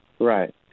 Right